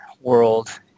world